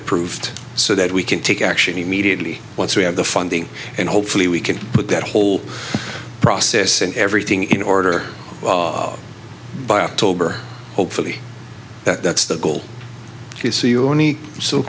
approved so that we can take action immediately once we have the funding and hopefully we can put that whole process and everything in order by october hopefully that's the goal s